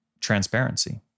transparency